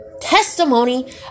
testimony